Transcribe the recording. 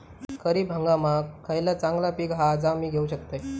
खरीप हंगामाक खयला चांगला पीक हा जा मी घेऊ शकतय?